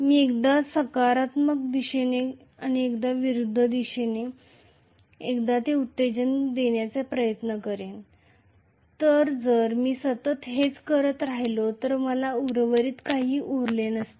मी एकदा सकारात्मक दिशेने एकदा विरुद्ध दिशेने एकदा हे एक्साइटेशनदेण्याचा प्रयत्न करीत आहे तर जर मी सतत हेच करत राहिलो तर मला उर्वरित काही उरले नसते